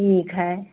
ठीक है